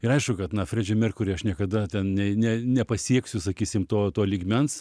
ir aišku kad na fredžį merkurį aš niekada ten ne ne nepasieksiu sakysim to to lygmens